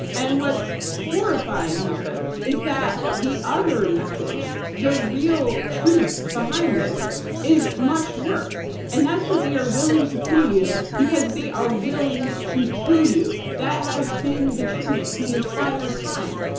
and what's horrifying here is that the other message, the real truth behind this is much worse. and that's that they are willing to kill you because they are willing to kill you. that has been the truth the entire time.